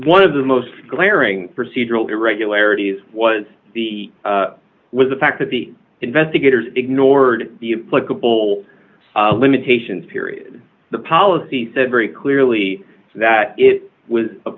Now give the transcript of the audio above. one of the most glaring procedural irregularities was the with the fact that the investigators ignored the clickable limitations period the policy said very clearly that it was a